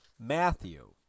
Matthew